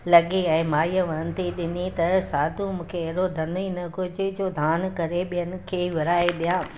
लॻे ऐं माईअ वरंदी ॾिनी त साधू मूंखे अहिड़ो धन ई न घुरिजे जो दानु करे ॿियनि खे विरिहाए ॾियां